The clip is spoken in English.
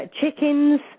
chickens